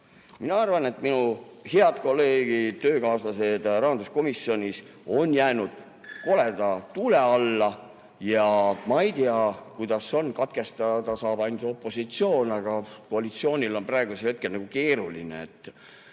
Mina arvan, et minu head kolleegid, töökaaslased rahanduskomisjonis, on jäänud koleda tule alla. Ja ma ei tea, kuidas on: katkestada saab ainult opositsioon, aga koalitsioonil on praegusel hetkel keeruline.